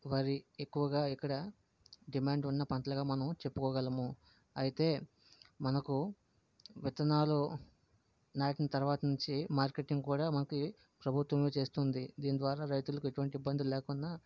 వరి ఎక్కువగా ఇక్కడ డిమాండ్ ఉన్న పంటలుగా మనం చెప్పుకోగలము అయితే మనకు విత్తనాలు నాటిన తర్వాత నుంచి మార్కెటింగ్ కూడా మనకి ప్రభుత్వమే చేస్తుంది దీని ద్వారా రైతులకి ఎటువంటి ఇబ్బంది లేకుండా